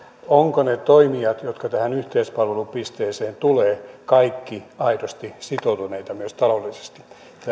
ovatko ne toimijat jotka tähän yhteispalvelupisteeseen tulevat kaikki aidosti sitoutuneita myös taloudellisesti tämä